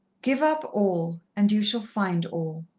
give up all, and you shall find all.